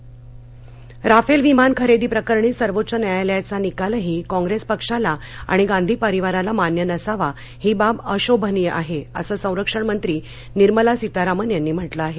Rafale Rafale विमान खरेदी प्रकरणी सर्वोच्च न्यायालयाचा निकालही काँग्रेस पक्षाला आणि गांधी परिवाराला मान्य नसावा ही बाब अशोभनीय आहे असं संरक्षण मंत्री निर्मला सितारामन यांनी म्हालिं आहे